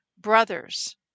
brothers